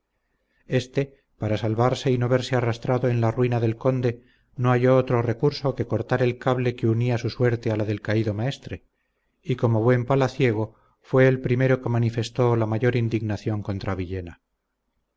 éste para salvarse y no verse arrastrado en la ruina del conde no halló otro recurso que cortar el cable que unía su suerte a la del caído maestre y como buen palaciego fue el primero que manifestó la mayor indignación contra villena